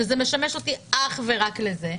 שזה משמש אותי אך ורק לזה.